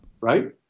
right